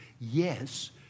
yes